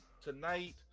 tonight